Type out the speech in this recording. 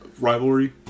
rivalry